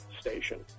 station